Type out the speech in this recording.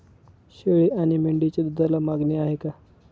शेळी आणि मेंढीच्या दूधाला मागणी आहे का?